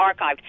archived